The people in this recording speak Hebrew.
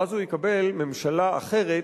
ואז נקבל ממשלה אחרת,